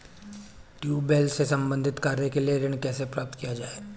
Tubewell से संबंधित कार्य के लिए ऋण कैसे प्राप्त किया जाए?